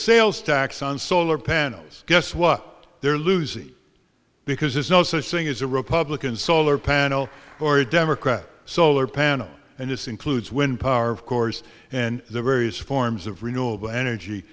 sales tax on solar panels guess what they're losing because there's no such thing as a republican solar panel or democrat solar panel and this includes wind power of course and the various forms of renewable energy